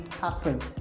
happen